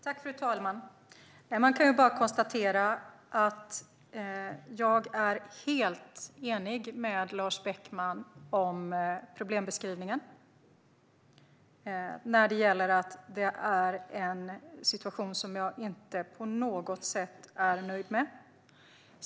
Fru talman! Jag kan konstatera att jag är helt enig med Lars Beckman om problembeskrivningen och att detta är en situation som jag inte på något sätt är nöjd med.